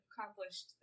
accomplished